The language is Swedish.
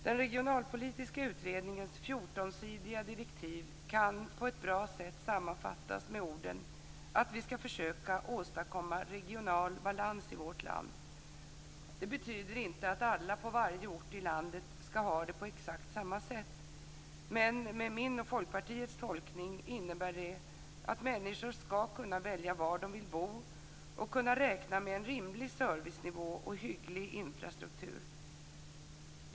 Den regionalpolitiska utredningens 14-sidiga direktiv kan på ett bra sätt sammanfattas med orden att vi ska försöka åstadkomma "regional balans" i vårt land. Det betyder inte att alla på varje ort i landet ska ha det på exakt samma sätt, men med min och Folkpartiets tolkning innebär det att människor ska kunna välja var de vill bo och kunna räkna med en rimlig servicenivå och hygglig infrastruktur.